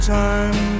time